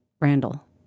randall